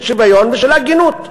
של שוויון ושל הגינות.